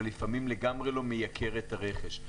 ולפעמים לגמרי לא מייקר את הרכש.